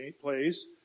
place